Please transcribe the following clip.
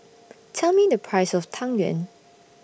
Tell Me The Price of Tang Yuen